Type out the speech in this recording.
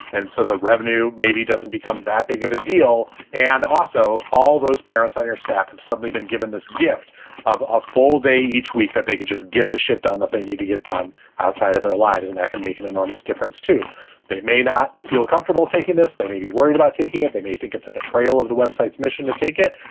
and so the revenue maybe doesn't become that big of a deal. and also, all those parents on your staff have suddenly been given this gift of a full day each week that they could just get the shit done, that they need to get done outside of their lives. and that can make an enormous difference to they may not feel comfortable taking this. they may be worried about taking it. they may think it's a betrayal of the website's mission to take it.